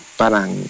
parang